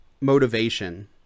motivation